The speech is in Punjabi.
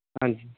ਹਾਂਜੀ